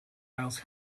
isles